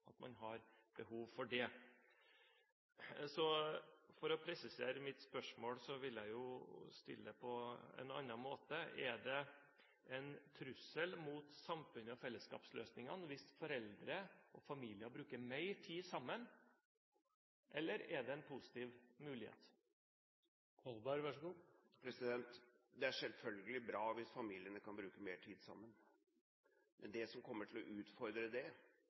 at man har behov for det. For å presisere mitt spørsmål vil jeg stille det på en annen måte: Er det en trussel mot samfunnet og fellesskapsløsningene hvis foreldre og familier bruker mer tid sammen, eller er det en positiv mulighet? Det er selvfølgelig bra hvis familiene kan bruke mer tid sammen. Men det som kommer til å utfordre det